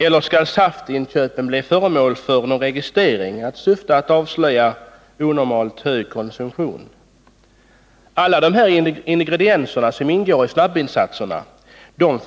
Eller skall saftinköpen bli föremål för registrering i syfte att avslöja onormalt hög konsumtion? Alla ingredienser som ingår i snabbvinsatserna